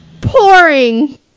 pouring